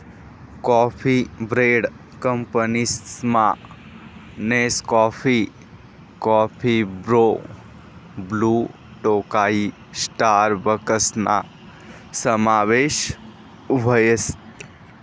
coffee brand कंपनीसमा Nescafe, coffee Bru, Blue Tokai स्टारबक्सना समावेश व्हस